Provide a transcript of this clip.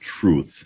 truth